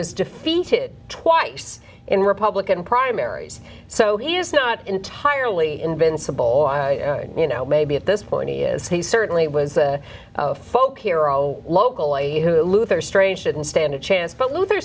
was defeated twice in republican primaries so he is not entirely invincible d i you know maybe at this point he is he certainly was a folk hero locally who luther strange didn't stand a chance but luther